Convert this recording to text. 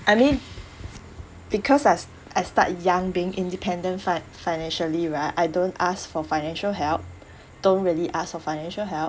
I mean because I I start young being independent fi~ financially right I don't ask for financial help don't really ask for financial help